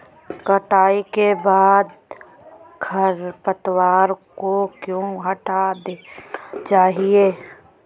कटाई के बाद खरपतवार को क्यो हटा देना चाहिए?